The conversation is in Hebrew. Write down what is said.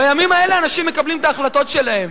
בימים האלה אנשים מקבלים את ההחלטות שלהם,